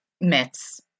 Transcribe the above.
myths